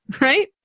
right